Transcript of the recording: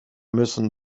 müssen